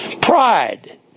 Pride